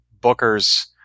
Booker's